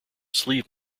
sleeve